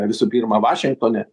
visų pirma vašingtone